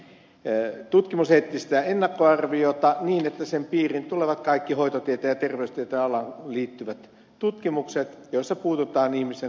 tässä laajennetaan tutkimuseettistä ennakkoarviota niin että sen piiriin tulevat kaikki hoitotieteen ja terveystieteen alaan liittyvät tutkimukset joissa puututaan ihmisen koskemattomuuteen